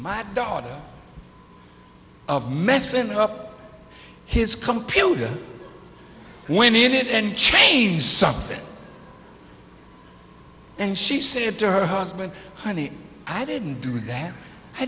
my daughter of messing up his computer when needed and change something and she said to her husband honey i didn't do that i